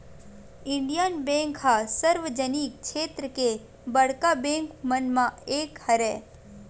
Indian bank ह सार्वजनिक छेत्र के बड़का बेंक मन म एक हरय